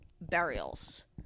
burials